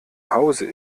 hause